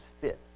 fit